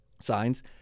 signs